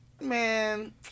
Man